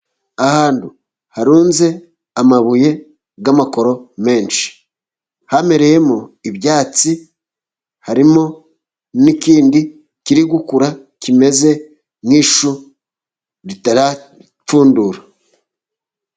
Ahantu harunze amabuye y'amakoro menshi, hamereyemo ibyatsi, harimo n'ikindi kiri gukura, kimeze nk'ishu ritarapfundura.